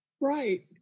Right